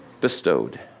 bestowed